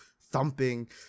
thumping